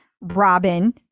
Robin